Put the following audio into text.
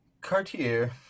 Cartier